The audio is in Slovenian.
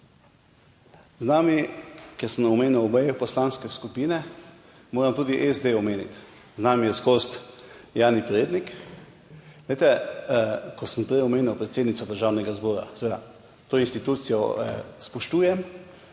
Z nami, ker sem omenil obe poslanske skupine, moram tudi SD omeniti. Z nami je / nerazumljivo/ Jani Prednik. Glejte, ko sem prej omenil predsednico Državnega zbora, seveda, to institucijo spoštujem,